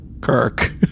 Kirk